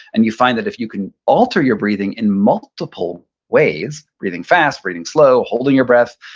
and you find that if you can alter your breathing in multiple ways, breathing fast, breathing slow, holding your breath,